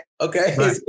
okay